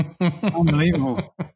Unbelievable